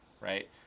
right